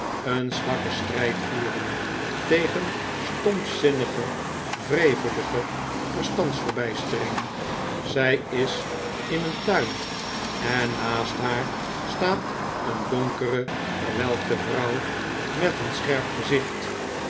een zwakken strijd voeren tegen stompzinnige wrevelige verstandsverbijstering zij is in een tuin en naast haar staat een donkere verwelkte vrouw met een scherp gezicht